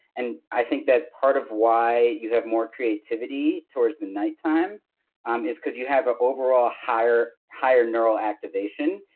and i think that part of why you have more creativity towards the night time um is because you have an overall higher higher neuro activation.